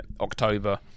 October